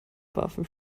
warfen